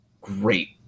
great